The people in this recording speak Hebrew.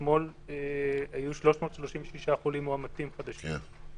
אתמול היו 336 חולים מאומתים חדשים.